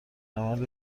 عمل